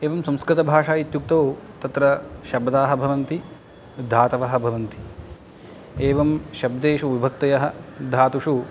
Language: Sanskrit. एवं संस्कृतभाषा इत्युक्तौ तत्र शब्दाः भवन्ति धातवः भवन्ति एवं शब्देषु विभक्तयः धातुषु